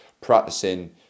practicing